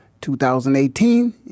2018